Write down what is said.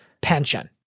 pension